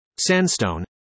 Sandstone